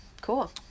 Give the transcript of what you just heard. cool